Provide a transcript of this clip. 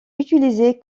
utilisée